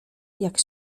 jak